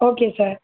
okay sir